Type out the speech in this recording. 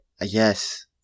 Yes